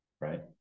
right